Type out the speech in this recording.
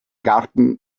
garten